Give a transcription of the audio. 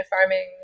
farming